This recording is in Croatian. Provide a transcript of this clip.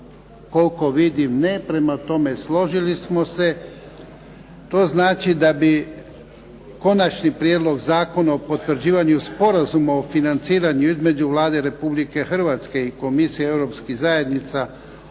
Koliko vidim ne, prema tome složili smo se. To znači da bi - Prijedlog zakona o potvrđivanju Sporazuma o financiranju između Vlade Republike Hrvatske i Komisije europskih zajednica o